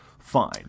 Fine